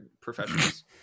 professionals